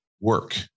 work